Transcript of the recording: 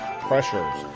pressures